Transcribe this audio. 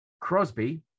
Crosby